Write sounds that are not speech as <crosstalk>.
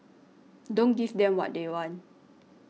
<noise> don't give them what they want